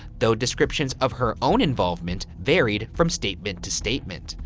though descriptions of her own involvement varied from statement to statement.